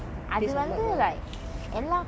it should be based on your talents and your skills [what] not